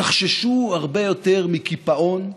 תחששו הרבה יותר מקיפאון,